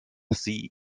sie